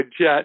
jet